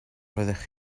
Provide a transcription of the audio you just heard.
roeddech